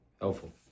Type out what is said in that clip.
Helpful